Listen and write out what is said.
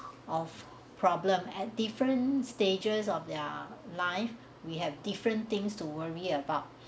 of problem at different stages of their life we have different things to worry about